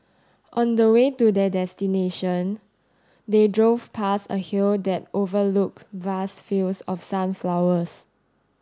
on the way to their destination they drove past a hill that overlooked vast fields of sunflowers